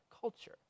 culture